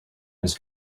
his